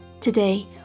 Today